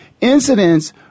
incidents